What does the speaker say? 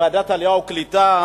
בוועדת העלייה והקליטה,